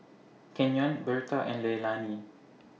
Kenyon Berta and Leilani